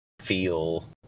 feel